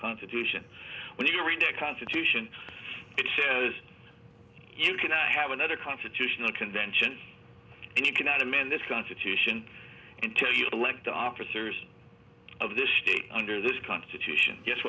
constitution when you read the constitution it says you can i have another constitutional convention and you cannot amend this constitution and tell you elect the officers of the state under this constitution